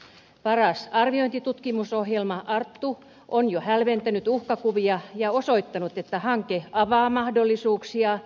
paras arviointitutkimusohjelma arttu on jo hälventänyt uhkakuvia ja osoittanut että hanke avaa mahdollisuuksia